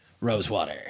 Rosewater